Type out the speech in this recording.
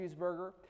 cheeseburger